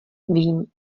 vím